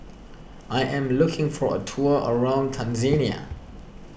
I am looking for a tour around Tanzania